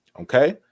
okay